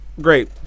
great